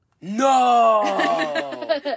No